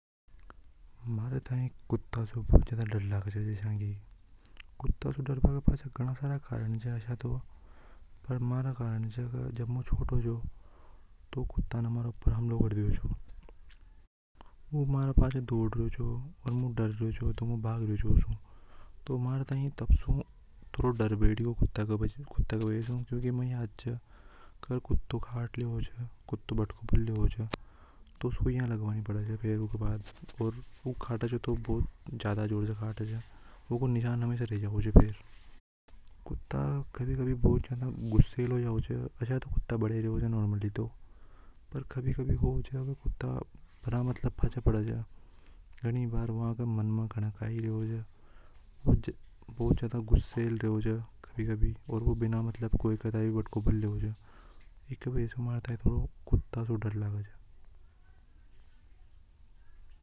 ﻿मारे ताई कुत्ता से बहुत ज्यादा डर लग च कुत्ता से डरना का गाना सारा कारण च जब में छोटों चीज तो कुत्ता ने म्हारे ऊपर हमलों कर डियो चो उ मारे पीछे दौड़ रायो छो ओर मु डर रायो छो ओर मु भाग रायो छो। मारा थाई तब सु डर बैठ गयो कुत्ता सु क्योंकि मै याद च कु कुत्ता कट लेवे च भौतिकी भर लेवे च तो सिया लगवानी पड़े छ ओर वो कटे चो तो बहुत ज़्यादा जोर से कटे च यूको निशान हमेशा रे जावे च। कुत्ता कभी-कभी बहुत ज्यादा गुस्सैल हो जाओ च आशय तो कुत्ता निर्मली तो बढ़िया ही रेवे छे। मतलब पचे पड़े छे गनी बार वा का मन में कई रेवे चजाएगा भूत ज्यादा गुसील रेवे च भौतिकी भर लेवे च ई वजह से मारा थाई कुत्ता से डर लगे से।